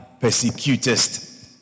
persecutest